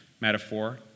metaphor